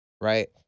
right